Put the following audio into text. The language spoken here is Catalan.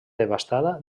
desbastada